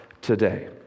today